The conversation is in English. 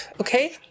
okay